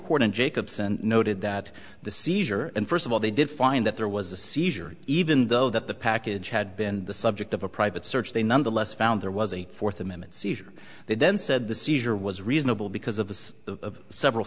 court and jacobson noted that the seizure and first of all they did find that there was a seizure even though that the package had been the subject of a private search they nonetheless found there was a fourth amendment seizure they then said the seizure was reasonable because of the several